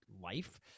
life